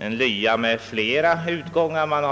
en lya med flera utgångar.